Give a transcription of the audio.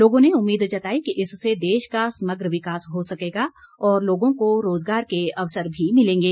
लोगों ने उम्मीद जताई कि इससे देश का समग्र विकास हो सकेगा और लोगों को रोज़गार के अवसर भी मिलेंगे